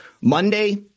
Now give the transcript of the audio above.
Monday